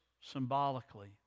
symbolically